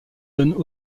donnent